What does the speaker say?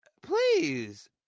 please